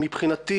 מבחינתי,